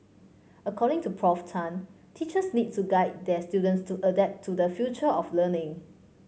according to Prof Tan teachers need to guide their students to adapt to the future of learning